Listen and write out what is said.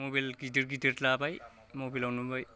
mobile गिदिर गिदिर लाबाय मबाइलाव नुबाय